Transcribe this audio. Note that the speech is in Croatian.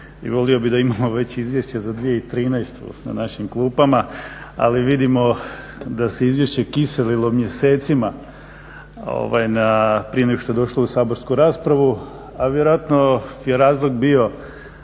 i volio bih da imamo već Izvješće za 2013. na našim klupama ali vidimo da se izvješće kiselilo mjesecima prije nego što je došlo u saborsku raspravu, a vjerojatno je razlog da